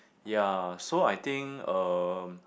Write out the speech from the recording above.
ya so I think um